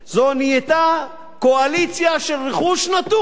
זו נהייתה קואליציה של רכוש נטוש.